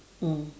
mm